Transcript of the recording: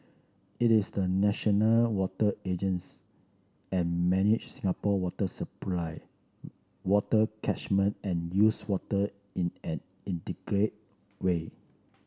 it is the national water and manages Singapore water supply water catchment and used water in an integrated way